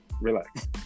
Relax